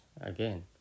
again